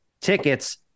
tickets